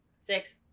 Six